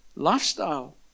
Lifestyle